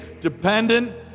dependent